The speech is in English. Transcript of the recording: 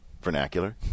vernacular